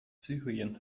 syrien